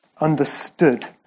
understood